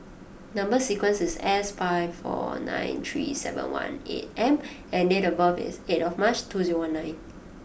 number sequence is S five four nine three seven one eight M and date of birth is eight of March two zero one nine